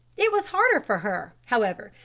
it was harder for her, however,